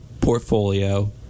portfolio